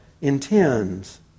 intends